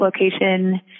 location